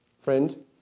Friend